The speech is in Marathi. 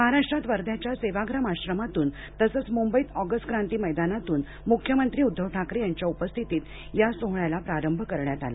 महाराष्ट्रात वर्ध्याच्या सेवाग्राम आश्रमातून तसंच मुंबईत ऑगस्ट क्रांती मैदानातून मुख्यमंत्री उद्दव ठाकरे यांच्या उपस्थितीत या सोहळ्याला प्रारंभ करण्यात आला